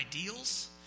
ideals